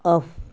off